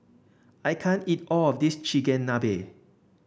I can't eat all of this Chigenabe